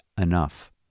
enough